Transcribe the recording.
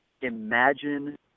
imagine